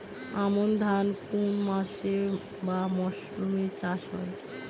আমন ধান কোন মাসে বা মরশুমে চাষ হয়?